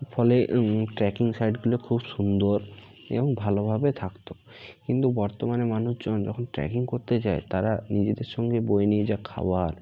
ফলে ট্রেকিং সাইটগুলো খুব সুন্দর এবং ভালো ভাবে থাকত কিন্তু বর্তমানে মানুষজন যখন ট্রেকিং করতে যায় তারা নিজেদের সঙ্গে বয়ে নিয়ে যাওয়া খাবার